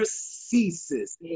ceases